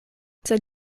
sed